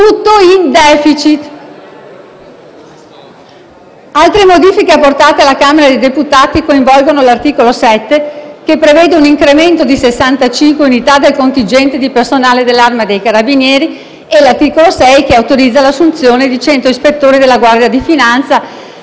tutto in *deficit*.